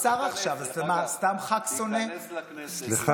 רק תיכנס, דרך אגב.